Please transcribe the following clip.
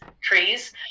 trees